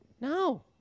No